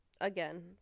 again